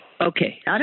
Okay